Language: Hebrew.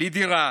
בלי דירה,